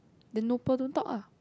then no pearl don't talk ah